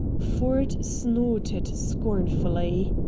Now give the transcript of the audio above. ford snorted scornfully.